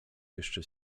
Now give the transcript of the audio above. jeszcze